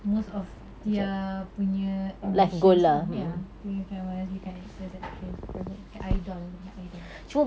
most of their punya ambitions lah ya being famous become actors actress dengan idol idol